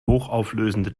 hochauflösende